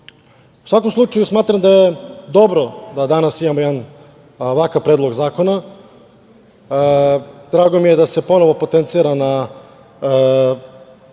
svakom slučaju, smatram da je dobro da danas imamo ovakav jedan predlog zakona. Drago mi je da se ponovo potencira na